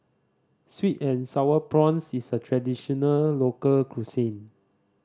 sweet and Sour Prawns is a traditional local cuisine